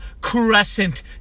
Crescent